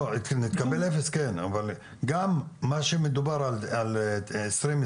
כן, אבל גם מה שמדובר על 2021,